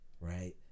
right